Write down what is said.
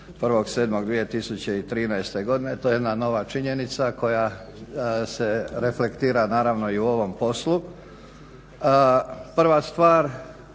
Prva stvar